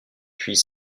puis